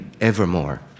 evermore